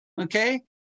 okay